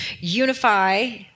unify